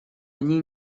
они